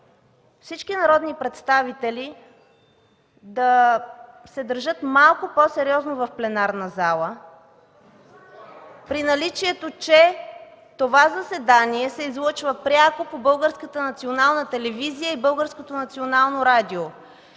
всички народни представители да се държат малко по-сериозно в пленарната зала при наличието на това, че това заседание се излъчва пряко по Българската